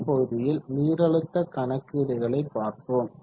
இந்த பகுதியில் நீரழுத்த கணக்கீடுகளை பார்த்தோம்